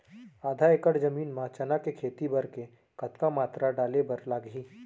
आधा एकड़ जमीन मा चना के खेती बर के कतका मात्रा डाले बर लागही?